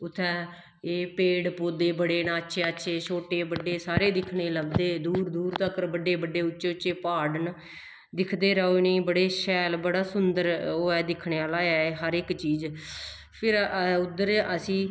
उत्थें एह् पेड़ पौधे बड़े न अच्छे अच्छे छोटे बड्डे सारे दिक्खने गी लभदे दूर दूर तक्कर बड्डे बड्डे उच्चे उच्चे प्हाड़ न दिखदे रवो इ'नेंगी बड़े शैल बड़ा सुंदर ओह् ऐ दिक्खने आह्ला ऐ हर इक चीज फिर उद्धर असी